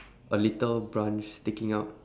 a little branch sticking out